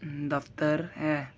दफ्तर ऐ